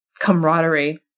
Camaraderie